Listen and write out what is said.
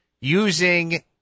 using